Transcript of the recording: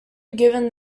given